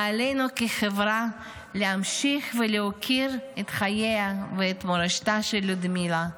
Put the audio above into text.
עלינו כחברה להמשיך ולהוקיר את חייה ואת מורשתה לודמילה.